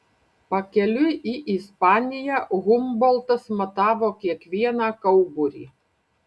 pakeliui į ispaniją humboltas matavo kiekvieną kauburį